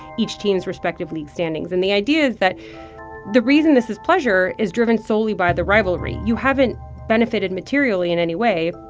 each team's respective league standings. and the idea is that the reason this is pleasure is driven solely by the rivalry. you haven't benefited materially in any way.